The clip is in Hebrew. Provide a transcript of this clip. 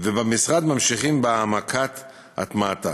ובמשרד ממשיכים בהעמקת הטמעתה.